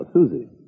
Susie